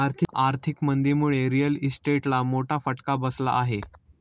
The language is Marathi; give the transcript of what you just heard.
आर्थिक मंदीमुळे रिअल इस्टेटला मोठा फटका बसला आहे